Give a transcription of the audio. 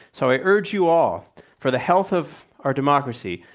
so, i urge you all for the health of our democracy.